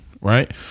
right